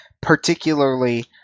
particularly